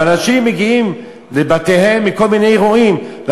אבל אנשים מגיעים לבתיהם מכל מיני אירועים.